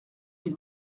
lui